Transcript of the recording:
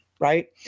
right